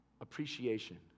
appreciation